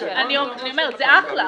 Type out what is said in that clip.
אני אומרת שזה אחלה.